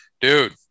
Dude